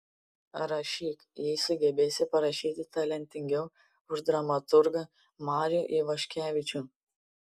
rašyk jei sugebėsi parašyti talentingiau už dramaturgą marių ivaškevičių